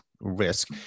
risk